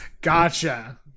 gotcha